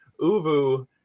Uvu